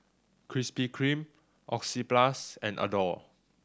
Krispy Kreme Oxyplus and Adore